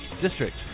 district